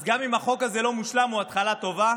אז גם אם החוק הזה לא מושלם, הוא התחלה טובה.